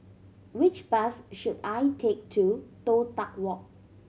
which bus should I take to Toh Tuck Walk